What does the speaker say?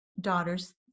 daughters